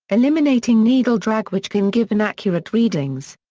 eliminating needle drag which can give inaccurate readings.